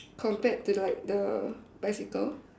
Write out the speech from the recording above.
compared to like the bicycle